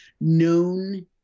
known